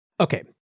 Okay